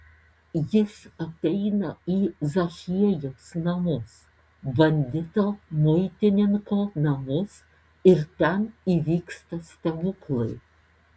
jis ateina į zachiejaus namus bandito muitininko namus ir ten įvyksta stebuklai